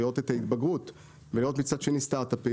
לראות את ההתבגרות ולראות מצד שני סטארט-אפים,